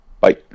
Bye